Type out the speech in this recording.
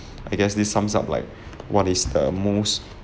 I guess this sums up like what is the most